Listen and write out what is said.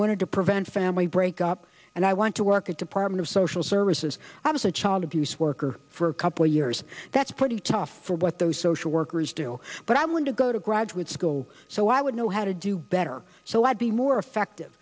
wanted to prevent a family break up and i want to work a department of social services i was a child abuse worker for a couple years that's pretty tough for what those social workers do but i'm going to go to graduate school so i would know how to do better so i'd be more effective